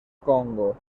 congo